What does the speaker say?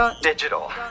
Digital